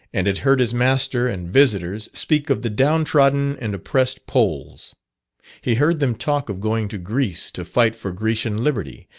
and had heard his master and visiters speak of the down-trodden and oppressed poles he heard them talk of going to greece to fight for grecian liberty,